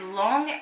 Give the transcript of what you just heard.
long